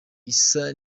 isa